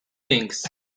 things